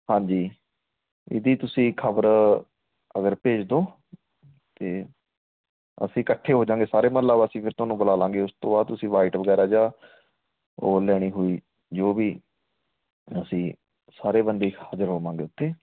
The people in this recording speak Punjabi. ਹਾਂਜੀ ਇਹਦੀ ਤੁਸੀਂ ਖ਼ਬਰ ਅਗਰ ਭੇਜ ਦਿਓ ਤਾਂ ਅਸੀਂ ਇਕੱਠੇ ਹੋ ਜਾਂਗੇ ਸਾਰੇ ਮੁਹੱਲਾ ਵਾਸੀ ਫਿਰ ਤੁਹਾਨੂੰ ਬੁਲਾ ਲਾਂਗੇ ਉਸ ਤੋਂ ਬਾਅਦ ਤੁਸੀਂ ਵਾਇਟ ਵਗੈਰਾ ਜਾਂ ਉਹ ਲੈਣੀ ਹੋਈ ਜੋ ਵੀ ਅਸੀਂ ਸਾਰੇ ਬੰਦੇ ਹਾਜ਼ਰ ਹੋਵਾਂਗੇ ਉੱਥੇ